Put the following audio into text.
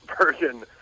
version